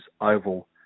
oval